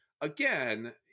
again